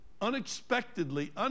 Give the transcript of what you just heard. unexpectedly